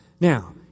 Now